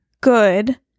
good